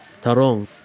Tarong